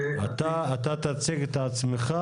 אני ערן מבל,